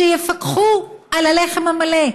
שיפקחו על הלחם המלא.